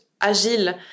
agile